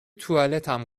توالتم